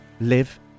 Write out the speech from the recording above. live